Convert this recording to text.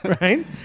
Right